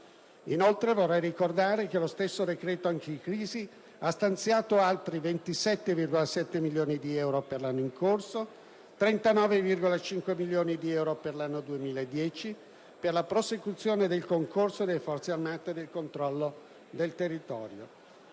Inoltre, vorrei ricordare che lo stesso decreto-legge anticrisi ha stanziato altri 27,7 milioni di euro per l'anno in corso e 39,5 milioni di euro per l'anno 2010 per la prosecuzione del concorso delle Forze armate nel controllo del territorio.